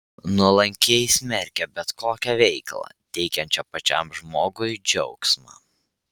nuolankieji smerkė bet kokią veiklą teikiančią pačiam žmogui džiaugsmą